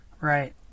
right